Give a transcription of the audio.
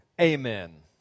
Amen